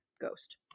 ghost